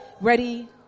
Ready